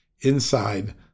inside